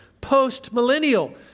post-millennial